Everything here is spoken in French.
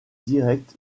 direct